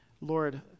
Lord